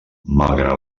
malgrat